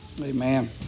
Amen